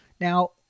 Now